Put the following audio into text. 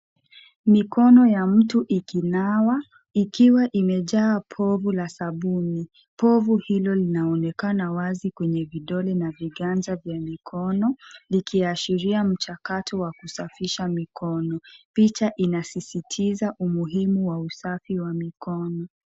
Mikono ya mtu ikinawa ikiwa imejaa povu la sabuni. Povu hilo inaonekana kwenye vidole na viganja vya mikono likiashiria mchakato wa kusafisha mikono. Picha inasisitiza umuhimu wa usafi wa mikono.